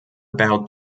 about